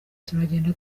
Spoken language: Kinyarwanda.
turagenda